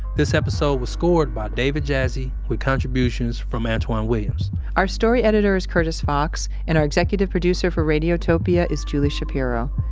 this episode was scored by david jassy with contributions from antwan williams our story editor is curtis fox and our executive producer for radiotopia is julie shapiro.